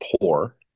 poor